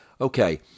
Okay